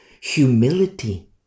humility